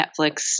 Netflix